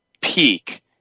peak